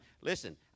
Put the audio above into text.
Listen